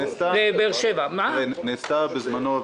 נעשתה בזמנו,